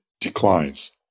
declines